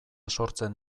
sortzen